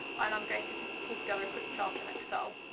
and i'm going to just pull together a quick chart in excel.